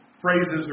phrases